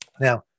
now